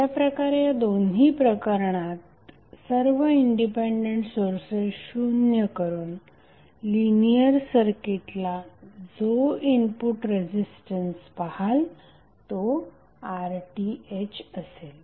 अशा प्रकारे या दोन्ही प्रकरणात सर्व इंडिपेंडंट सोर्सेस शुन्य करून लिनियर सर्किटला जो इनपुट रेझिस्टन्स पहाल तो RThअसेल